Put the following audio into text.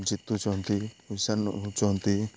ଜିତୁଛନ୍ତି